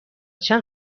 چند